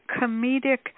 comedic